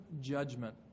judgment